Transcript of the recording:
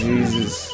Jesus